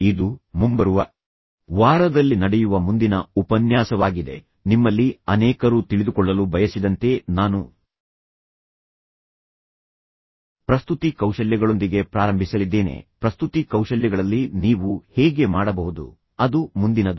ಇದು ಮುಂಬರುವ ವಾರದಲ್ಲಿ ನಡೆಯುವ ಮುಂದಿನ ಉಪನ್ಯಾಸವಾಗಿದೆ ನಿಮ್ಮಲ್ಲಿ ಅನೇಕರು ತಿಳಿದುಕೊಳ್ಳಲು ಬಯಸಿದಂತೆ ನಾನು ಪ್ರಸ್ತುತಿ ಕೌಶಲ್ಯಗಳೊಂದಿಗೆ ಪ್ರಾರಂಭಿಸಲಿದ್ದೇನೆ ಪ್ರಸ್ತುತಿ ಕೌಶಲ್ಯಗಳಲ್ಲಿ ನೀವು ಹೇಗೆ ಮಾಡಬಹುದು ಅದು ಮುಂದಿನದು